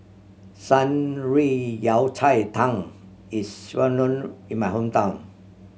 Shan Rui Yao Cai Tang is well known in my hometown